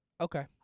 Okay